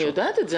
אני יודעת את זה.